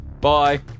Bye